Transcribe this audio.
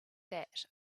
that